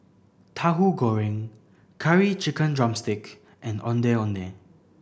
Tahu Goreng Curry Chicken drumstick and Ondeh Ondeh